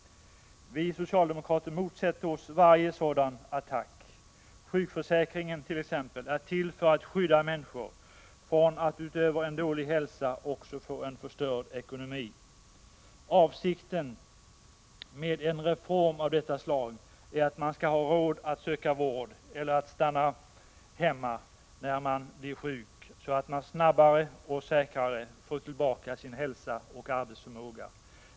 Vi socialdemokrater motsätter oss varje sådan attack. Sjukförsäkringen t.ex. är till för att skydda människor från att utöver en dålig hälsa också få en förstörd ekonomi. Avsikten med en reform av detta slag är att man skall ha råd att söka vård eller stanna hemma när man blir sjuk, så att man snabbare och säkrare får tillbaka sin hälsa och arbetsförmåga.